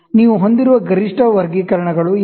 ನೀವು ಹೊಂದಿರುವ ಗರಿಷ್ಠ ವರ್ಗೀಕರಣಗಳು ಇವು